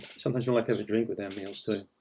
sometimes, you like to have a drink with our meals, too.